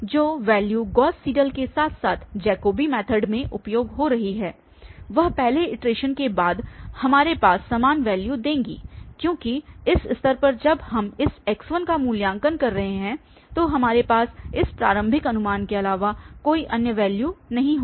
जो value Gauss Seidel के साथ साथ जैकोबी मैथड में उपयोग हो रही हैं वह पहले इटरेशन के बाद हमारे पास समान वैल्यू देंगी क्योंकि इस स्तर पर जब हम इस x1 का मूल्यांकन कर रहे हैं तो हमारे पास इस प्रारंभिक अनुमान के अलावा कोई अन्य वैल्यू नहीं होगी